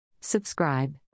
Subscribe